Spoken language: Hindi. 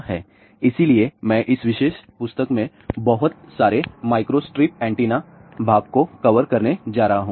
इसलिए मैं इस विशेष पुस्तक से बहुत सारे माइक्रोस्ट्रिप ऐन्टेना भाग को कवर करने जा रहा हूं